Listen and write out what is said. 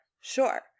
sure